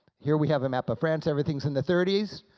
here we have a map of france, everything's in the thirties,